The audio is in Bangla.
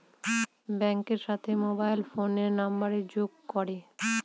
ব্যাঙ্কের সাথে মোবাইল ফোনের নাম্বারের যোগ করে